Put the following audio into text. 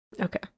Okay